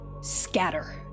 scatter